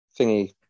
Thingy